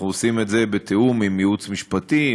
אנחנו עושים את זה בתיאום עם ייעוץ משפטי,